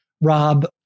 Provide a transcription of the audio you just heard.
Rob